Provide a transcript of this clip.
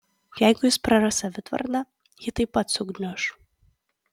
jeigu jis praras savitvardą ji taip pat sugniuš